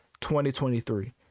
2023